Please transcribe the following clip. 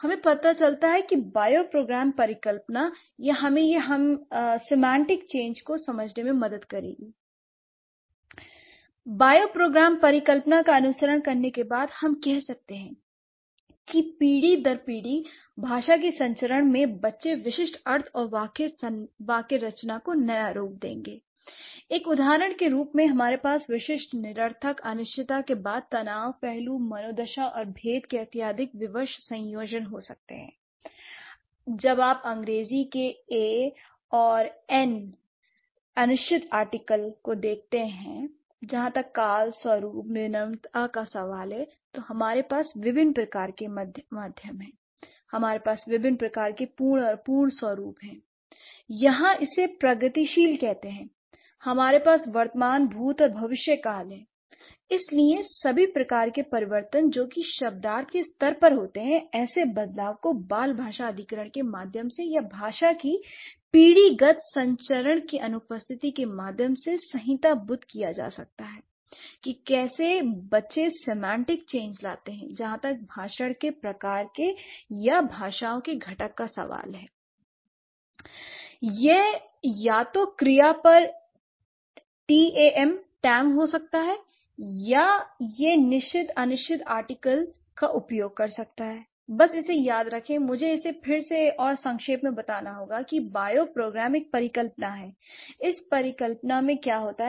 हमें पता चलता है कि बायोप्रोग्राम परिकल्पना है यह हमें यह हमें सेमांटिक चेंज को समझने में मदद करेगी l बायोप्रोग्राम परिकल्पना का अनुसरण करने के बाद हम कह सकते हैं कि पीढ़ी दर पीढ़ी भाषा के संचरण में बच्चे विशिष्ट अर्थ और वाक्य रचना को नया रूप देंगे l एक उदाहरण के रूप में हमारे पास विशिष्ट निरर्थक अनिश्चितता के बीच तनाव पहलू मनोदशा और भेद के अत्याधिक विवश संयोजन हो सकते हैं l जब आप अंग्रेजी के ए आर एन अनिश्चित आर्टिकल को देखते हैं जहां तक कालस्वरूप विनम्रता का सवाल है तो हमारे पास विभिन्न प्रकार के मध्यम हैं l हमारे पास विभिन्न प्रकार के पूर्ण और अपूर्ण स्वरूप है यहां इसे प्रगतिशील कहते हैं हमारे पास वर्तमान भूत और भविष्य काल है l इसलिए सभी प्रकार के परिवर्तन जो कि शब्दार्थ के स्तर पर होते हैं ऐसे बदलाव को बाल भाषा अधिकरण के माध्यम से या भाषा की पीढ़ी गत संचरण की अनुपस्थिति के माध्यम से संहिताबुध किया जा सकता है की कैसे बच्चे सेमांटिक चेंज लाते हैं जहां तक भाषण के प्रकार के या भाषाओं के घटक का सवाल है l यह या तो क्रिया पर टीएएम हो सकता है या यह निश्चित या अनिश्चित आर्टिकल का उपयोग कर सकता है l बस इसे याद रखें l मुझे इसे फिर से और संक्षेप में बताना होगा की बायो प्रोग्राम एक परिकल्पना है l इस परिकल्पना में क्या होता है